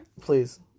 Please